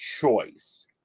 choice